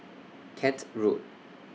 Kent Road